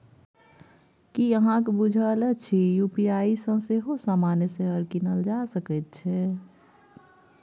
की अहाँक बुझल अछि यू.पी.आई सँ सेहो सामान्य शेयर कीनल जा सकैत छै?